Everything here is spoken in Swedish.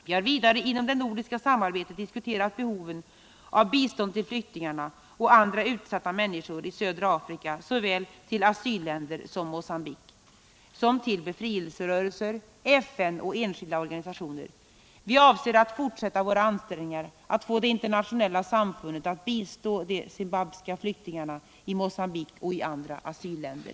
Vi har vidare inom det nordiska samarbetet diskuterat behoven av bistånd till flyktingarna och andra utsatta människor i södra Afrika, såväl till asylländer, som Mogambique, som till befrielserörelser, FN och enskilda organisationer. Vi avser att fortsätta våra ansträngningar att få det internationella samfundet att bistå de zimbabwiska flyktingarna i Mogambique och andra asylländer.